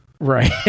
Right